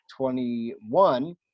21